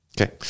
Okay